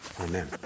Amen